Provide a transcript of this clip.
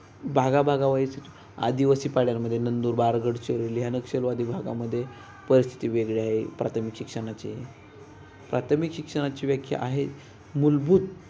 भागा भागावाईज आदिवासी पाड्यांमध्ये नंदूरबार गडचिरोली या नक्षलवादी भागामध्ये परिस्थिती वेगळी आहे प्राथमिक शिक्षणाची प्राथमिक शिक्षणाची व्याख्या आहे मूलभूत